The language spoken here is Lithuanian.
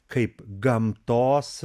kaip gamtos